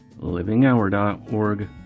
livinghour.org